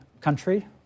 country